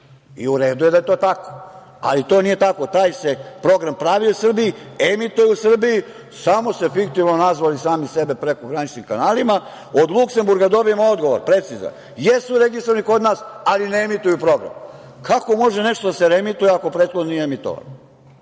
U redu je da je to tako, ali to nije tako. Taj se program pravi u Srbiji, emituje u Srbiji, samo su fiktivno nazvali sebe prekograničnim kanalima. Od Luksemburga dobijem odgovor precizan - jesu registrovani kod nas, ali ne emituju program. Kako može nešto da se reemituje ako prethodno nije emitovano?